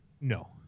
No